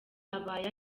abaye